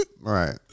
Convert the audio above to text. Right